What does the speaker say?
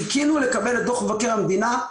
חיכינו לקבל את דוח מבקר המדינה,